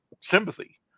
sympathy